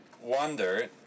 wondered